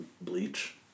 Bleach